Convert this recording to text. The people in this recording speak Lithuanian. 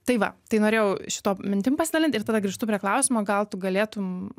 tai va tai norėjau šitom mintim pasidalint ir tada grįžtu prie klausimo gal tu galėtum